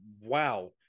wow